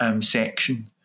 section